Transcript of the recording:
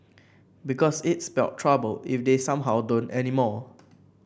because it'd spell trouble if they somehow don't anymore